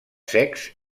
secs